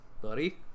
buddy